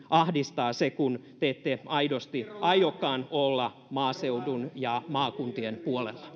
ahdistaa se kun te ette aidosti aiokaan olla maaseudun ja maakuntien puolella